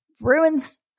ruins